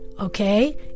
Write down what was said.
Okay